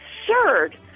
absurd